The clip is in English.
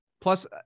Plus